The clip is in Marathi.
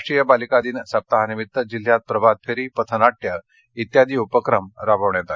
राष्ट्रीय बालिका दिन सप्ताहानिमित्त जिल्ह्यात प्रभात फेरी पथनाट्ये आदी उपक्रम राबविण्यात आले